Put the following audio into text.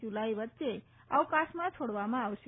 જુલાઈ વચ્ચે અવકાશમાં છોડવામાં આવશે